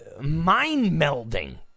mind-melding